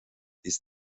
ist